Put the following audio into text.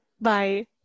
Bye